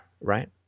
right